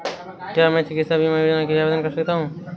क्या मैं चिकित्सा बीमा योजना के लिए आवेदन कर सकता हूँ?